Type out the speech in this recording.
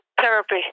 therapy